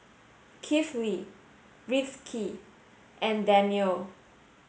Kifli Rizqi and Danial